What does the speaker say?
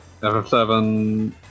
FF7